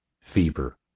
fever